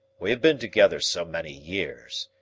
we have been together so many years.